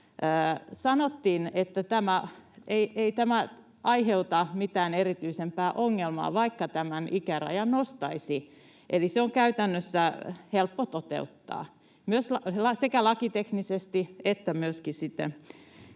sanottiin, että ei tämä aiheuta mitään erityisempää ongelmaa, vaikka tämän ikärajan nostaisi, eli se on käytännössä helppo toteuttaa sekä lakiteknisesti että myöskin